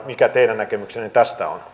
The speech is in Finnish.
mikä teidän näkemyksenne tästä on